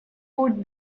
put